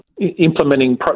implementing